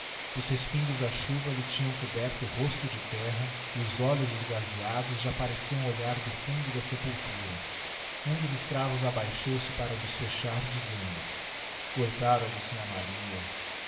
os respingos da chuva lhe tinham coberto o rosto de terra e os olhos esgazeados já pareciam olhar do fundo da sepultura um dos escravos abaixou-se para lh'os fechar dizendo coitada de sinhá maria